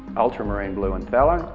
ultramarine blue and phthalo,